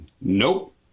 nope